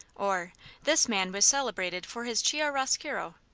or this man was celebrated for his chiaroscuro,